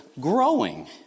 growing